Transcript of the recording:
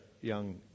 young